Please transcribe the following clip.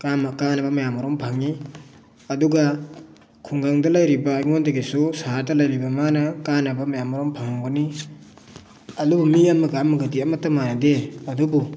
ꯀꯥꯟꯅꯕ ꯃꯌꯥꯝ ꯃꯔꯨꯝ ꯐꯪꯉꯤ ꯑꯗꯨꯒ ꯈꯨꯡꯒꯪꯗ ꯂꯩꯔꯤꯕ ꯑꯩꯉꯣꯟꯗꯒꯤꯁꯨ ꯁꯍꯔꯗ ꯂꯩꯔꯤꯕ ꯃꯥꯅ ꯀꯥꯟꯅꯕ ꯀꯌꯥ ꯃꯔꯨꯝ ꯐꯪꯉꯝꯒꯅꯤ ꯑꯗꯨꯕꯨ ꯃꯤ ꯑꯃꯒ ꯑꯃꯒꯗꯤ ꯑꯃꯠꯇ ꯃꯥꯟꯅꯗꯦ ꯑꯗꯨꯕꯨ